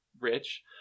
rich